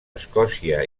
escòcia